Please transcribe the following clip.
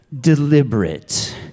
deliberate